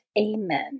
Amen